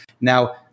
Now